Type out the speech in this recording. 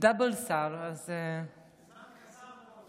דאבל שר, אז, לזמן קצר מאוד.